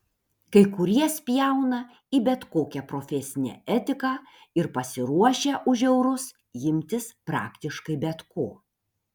kai kurie spjauna į bet kokią profesinę etiką ir pasiruošę už eurus imtis praktiškai bet ko